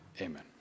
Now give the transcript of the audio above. Amen